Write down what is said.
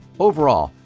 overall,